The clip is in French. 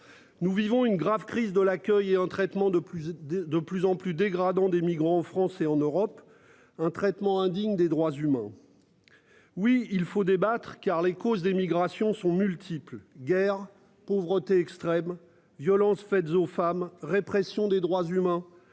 Nous vivons une grave crise de l'accueil et un traitement de plus de plus en plus dégradant des migrants en France et en Europe. Un traitement indigne des droits humains. Oui il faut débattre car les causes des migrations sont multiples guerres pauvreté extrême violence faites aux femmes, répression des droits humains.